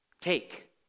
Take